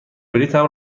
بلیطم